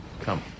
come